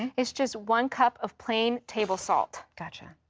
its just one cup of plain table salt. gotcha.